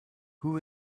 who